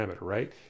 right